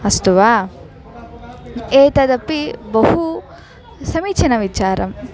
अस्तु वा एतदपि बहुसमीचीनं विचारम्